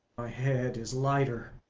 head is lighter,